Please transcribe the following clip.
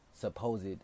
Supposed